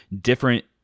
different